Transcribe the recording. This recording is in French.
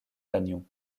lannion